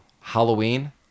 Halloween